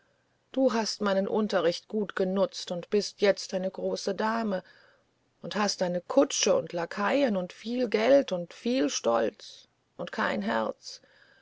du hast meinen unterricht gut benutzt und bist jetzt eine große dame und hast jetzt eine kutsche und lakaien und viel geld und viel stolz und kein herz